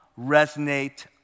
Resonate